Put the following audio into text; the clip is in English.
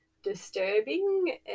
disturbing